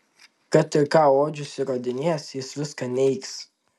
kad ir ką odžius įrodinės jis viską neigs